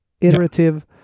iterative